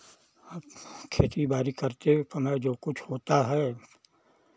खेती बारी करते अपना जो कुछ होता है